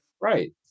Right